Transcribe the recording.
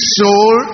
soul